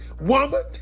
woman